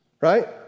right